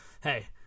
hey